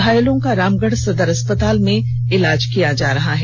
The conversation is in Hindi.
घायलों का रामगढ़ सदर अस्पताल में इलाज किया जा रहा है